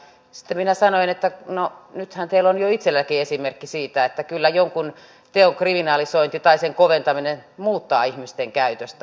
sitten minä sanoin että no nythän teillä on jo itselläkin esimerkki siitä että kyllä jonkun teon kriminalisointi tai sen koventaminen muuttaa ihmisten käytöstä